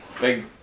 big